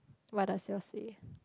what does yours say